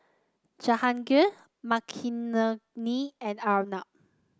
Jahangir Makineni and Arnab